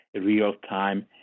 real-time